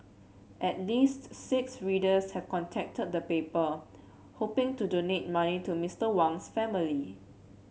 at least six readers have contacted the paper hoping to donate money to Mister Wang's family